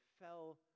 fell